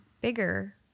bigger